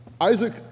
Isaac